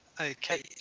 Okay